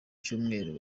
cyumweru